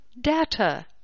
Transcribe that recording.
data